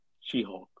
She-Hulk